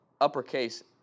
uppercase